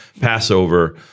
Passover